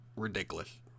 Ridiculous